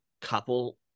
couple